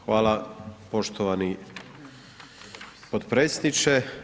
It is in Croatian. Hvala poštovani potpredsjedniče.